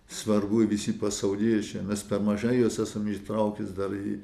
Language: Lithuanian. svarbu visi pasauliečiai mes per maža juos esam įtraukę į